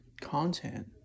content